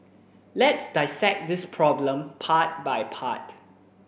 let's dissect this problem part by part